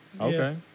Okay